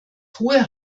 hohe